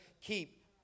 keep